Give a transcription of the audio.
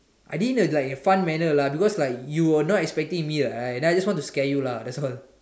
I did it in like in a fun manner because like you were not expecting me right then I just want to scare you ah that's all